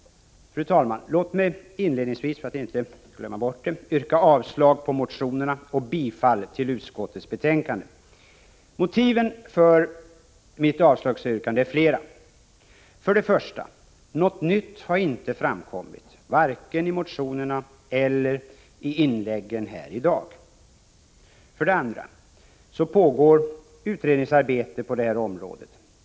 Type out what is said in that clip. Fru talman! Låt mig inledningsvis, för att inte glömma bort det, yrka avslag på motionerna och bifall till utskottets hemställan. Motiven för mitt avslagsyrkande är flera. För det första: Något nytt har inte framkommit — varken i motionerna eller i inläggen här i dag. För det andra: Det pågår ett visst utredningsarbete på det här området.